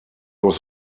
was